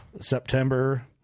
September